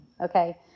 Okay